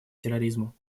терроризму